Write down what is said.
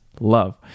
love